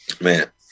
Man